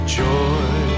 joy